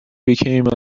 became